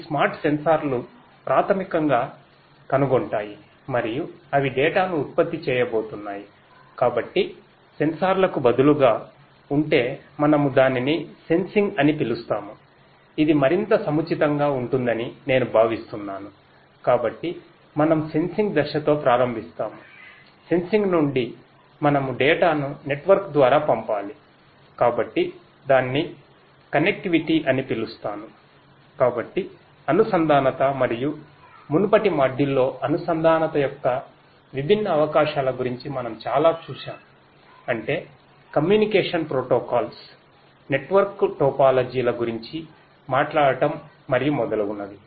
ఈ స్మార్ట్ సెన్సార్లు ప్రాథమికంగా కనుగొంటాఇ మరియు అవి డేటా లో అనుసంధానత యొక్క విభిన్న అవకాశాల గురించి మనం చాలా చూశాముఅంటే కమ్యూనికేషన్ ప్రోటోకాల్స్ నెట్వర్క్ టోపోలాజీల గురించి మాట్లాడటం మరియు మొదలగునవి